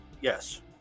yes